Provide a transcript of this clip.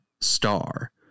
star